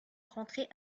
rentrée